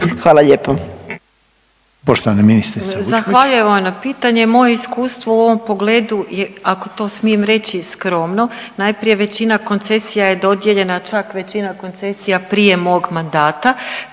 Vučković. **Vučković, Marija (HDZ)** Zahvaljujem vam na pitanju. Moje iskustvo u ovom pogledu je, ako to smijem reći, je skromno, najprije većina koncesija je dodijeljena, čak većina koncesija prije mog mandata,